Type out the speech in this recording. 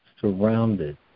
surrounded